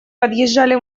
подъезжали